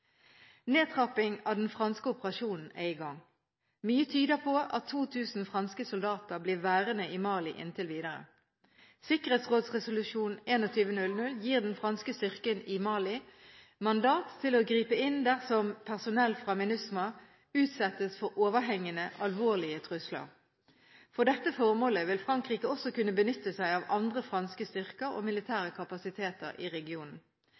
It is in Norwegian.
Nedtrapping av den franske operasjonen er i gang. Mye tyder på at 2 000 franske soldater blir værende i Mali inntil videre. Sikkerhetsrådsresolusjon 2100 gir den franske styrken i Mali mandat til å gripe inn dersom personell fra MINUSMA utsettes for overhengende, alvorlige trusler. For dette formålet vil Frankrike også kunne benytte seg av andre franske styrker og militære kapasiteter i regionen,